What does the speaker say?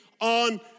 on